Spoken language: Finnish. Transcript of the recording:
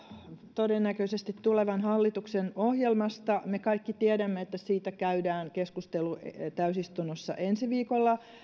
todennäköisesti tulevan hallituksen ohjelmasta me kaikki tiedämme että siitä käydään keskustelu täysistunnossa ensi viikolla